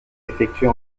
effectuée